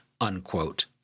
unquote